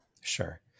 Sure